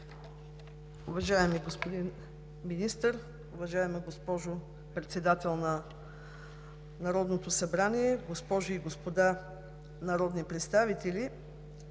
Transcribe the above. Уважаеми господин Министър, уважаема госпожо Председател на Народното събрание, госпожи и господа народни представители!